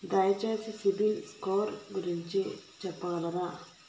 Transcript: దయచేసి CIBIL score గురించి చెప్పగలరా?